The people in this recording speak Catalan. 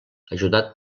ajudat